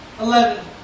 Eleven